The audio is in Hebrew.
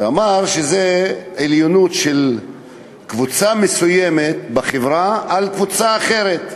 ואמר שזה עליונות של קבוצה מסוימת בחברה על קבוצה אחרת.